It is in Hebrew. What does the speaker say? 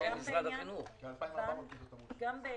אסביר את הדברים.